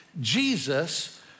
Jesus